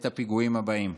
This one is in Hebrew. את הפיגועים הבאים.